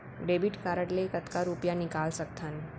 Debit card ले कतका रुपिया निकाल सकथन?